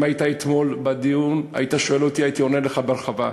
אם היית אתמול בדיון היית שואל אותי והייתי עונה לך בהרחבה.